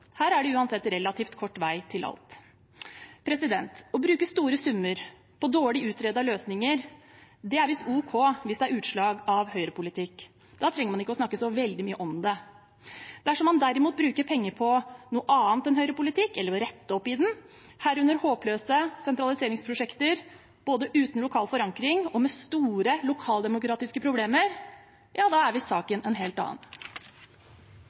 Her er det uansett relativt kort vei til alt. Å bruke store summer på dårlig utredete løsninger er visst ok hvis det er utslag av høyrepolitikk, og da trenger man ikke å snakke så veldig mye om det. Dersom man derimot bruker penger på noe annet enn høyrepolitikk, eller vil rette opp i den – herunder håpløse sentraliseringsprosjekter, både uten lokal forankring og med store lokaldemokratiske problemer – ja, da er visst saken en helt annen.